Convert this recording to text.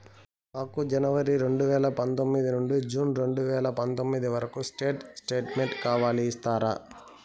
మాకు జనవరి రెండు వేల పందొమ్మిది నుండి జూన్ రెండు వేల పందొమ్మిది వరకు స్టేట్ స్టేట్మెంట్ కావాలి ఇస్తారా